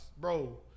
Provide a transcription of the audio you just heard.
Bro